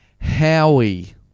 Howie